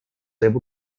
able